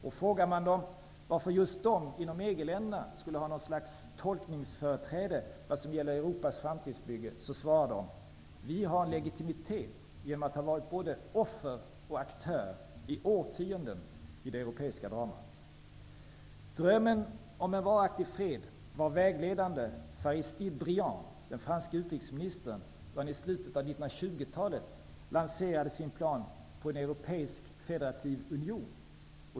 Om man frågar dem varför just de inom EG-länderna skulle ha något slags tolkningsföreträde vad gäller Europas framtidsbygge, svarar de att de genom att i årtionden ha varit både offer och aktör i det europeiska dramat har en legitimitet. Drömmen om en varaktig fred var vägledande för Aristide Briand, den franske utrikesministern, då han i slutet av 1920-talet lanserade sin plan på en europeisk federativ union.